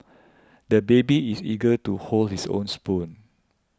the baby is eager to hold his own spoon